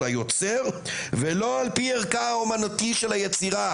היוצר ולא על פי ערכה האומנותי של היצירה",